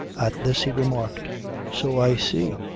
at this he remarked so i see.